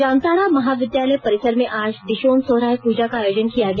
जामताड़ा महाविद्यालय परिसर में आज दिशोम सोहराय पूजा का आयोजन किया गया